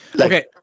Okay